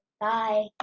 Bye